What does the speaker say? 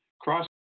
cross